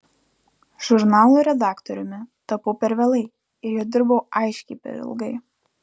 žurnalo redaktoriumi tapau per vėlai ir juo dirbau aiškiai per ilgai